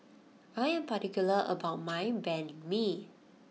I am particular about my Banh Mi